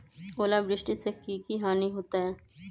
ओलावृष्टि से की की हानि होतै?